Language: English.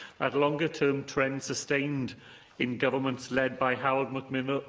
longer term trend sustained in governments led by harold macmillan,